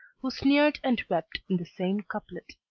who sneered and wept in the same couplet.